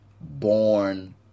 born